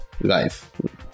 life